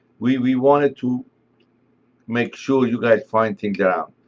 we we wanted to make sure you guys find things around.